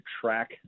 track